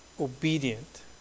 obedient